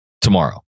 tomorrow